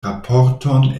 raporton